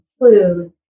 include